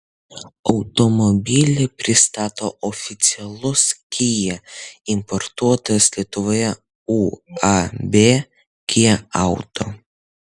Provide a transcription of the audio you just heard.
automobilį pristato oficialus kia importuotojas lietuvoje uab kia auto